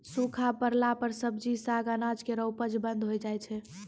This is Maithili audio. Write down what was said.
सूखा परला पर सब्जी, साग, अनाज केरो उपज बंद होय जाय छै